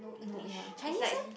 no ya Chinese eh